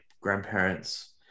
grandparents